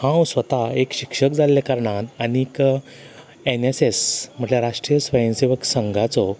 हांव स्वता एक शिक्षक जाल्लें कारणान आनीक एन एस एस म्हटल्यार राष्ट्रीय स्वंय सेवक संघाचो